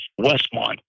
Westmont